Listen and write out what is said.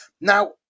Now